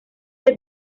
the